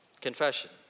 Confession